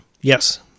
Yes